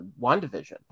WandaVision